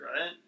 right